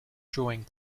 drawing